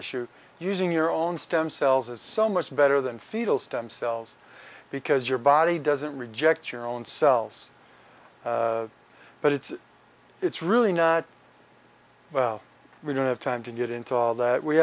issue using your own stem cells it's so much better than fetal stem cells because your body doesn't reject your own cells but it's it's really not we don't have time to get into all that we